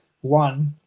one